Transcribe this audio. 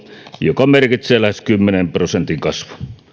joka merkitsee lähes kymmenen prosentin kasvua